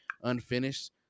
unfinished